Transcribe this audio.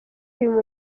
uyu